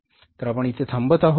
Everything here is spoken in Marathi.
तर आपण इथे थांबत आहोत